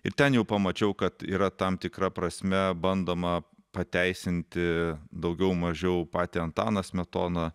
ir ten jau pamačiau kad yra tam tikra prasme bandoma pateisinti daugiau mažiau patį antaną smetoną